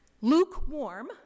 Lukewarm